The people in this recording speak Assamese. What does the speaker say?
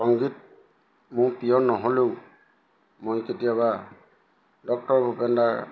সংগীত মোৰ প্ৰিয় নহ'লেও মই কেতিয়াবা ডক্টৰ ভূপেনদাৰ